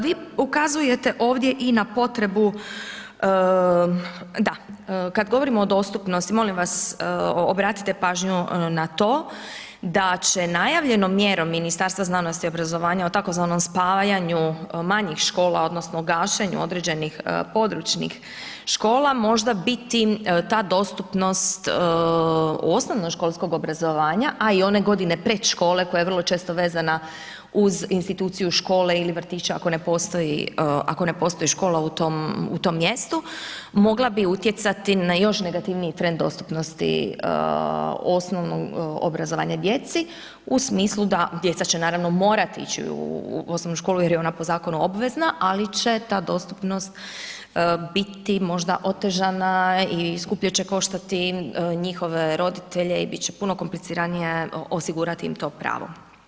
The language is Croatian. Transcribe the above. Vi ukazujete ovdje i na potrebu, da, kad govorimo o dostupnosti, molim vas obratite pažnju na to da će najavljenom mjerom Ministarstva znanosti i obrazovanja o tzv. spajanju manjih škola odnosno gašenju određenih područnih škola možda biti ta dostupnost osnovnoškolskog obrazovanja a i one godine pred škole koja je vrlo često vezana uz instituciju škole ili vrtića ako ne postoji, ako ne postoji škola u tom mjestu mogla bi utjecati na još negativniji trend dostupnosti osnovnog obrazovanja djeci u smislu da, djeca će naravno morati ići u osnovnu školu jer je ona po zakonu obvezna ali će ta dostupnost biti možda otežana i skuplje će koštati njihove roditelje i biti će puno kompliciranije osigurati im to pravo.